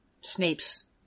Snape's